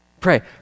Pray